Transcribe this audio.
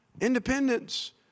independence